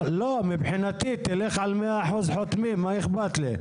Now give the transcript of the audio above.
מבחינתי תלך על 100% חותמים, מה אכפת לי.